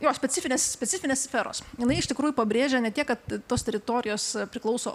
jo specifinės specifinės sferos jinai iš tikrųjų pabrėžia ne tiek kad tos teritorijos priklauso